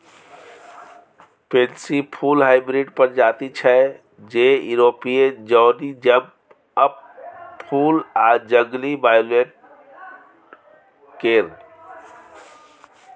pansy फुल hybrid प्रजाति छै जे युरोपीय जौनी जंप अप फुल आ जंगली वायोलेट केर